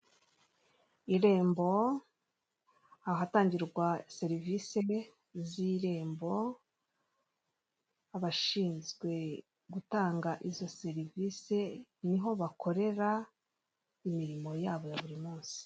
Irembo ahatangirwa serivisi z'irembo abashinzwe gutanga izo serivisi niho bakorera imirimo yabo ya buri munsi.